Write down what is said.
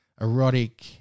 erotic